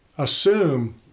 assume